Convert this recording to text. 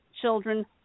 children